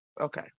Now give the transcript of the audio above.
Okay